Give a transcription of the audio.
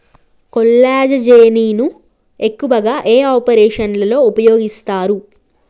కొల్లాజెజేని ను ఎక్కువగా ఏ ఆపరేషన్లలో ఉపయోగిస్తారు?